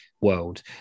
world